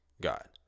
God